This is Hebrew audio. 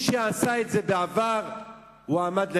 מי שעשה את זה בעבר הועמד לדין,